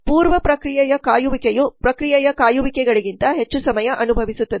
ಪೂರ್ವ ಪ್ರಕ್ರಿಯೆಯ ಕಾಯುವಿಕೆಯು ಪ್ರಕ್ರಿಯೆಯ ಕಾಯುವಿಕೆಗಳಿಗಿಂತ ಹೆಚ್ಚು ಸಮಯ ಅನುಭವಿಸುತ್ತದೆ